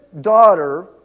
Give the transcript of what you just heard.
daughter